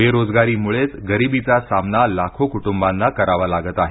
बेरोजगारीमुळेच गरिबीचा सामना लाखो कुटुंबांना करावा लागत आहे